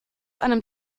einem